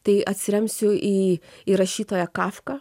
tai atsiremsiu į į rašytoją kafką